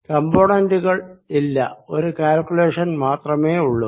കംപോണന്റുകൾ ഇല്ല ഒരു കാൽകുലേഷൻ മാത്രമേയുള്ളു